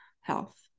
health